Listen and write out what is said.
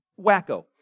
wacko